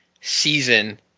season